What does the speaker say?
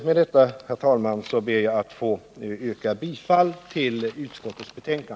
Med detta, herr talman, ber jag att få yrka bifall till utskottets hemställan.